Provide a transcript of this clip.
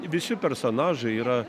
visi personažai yra